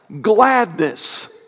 gladness